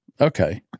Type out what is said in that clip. Okay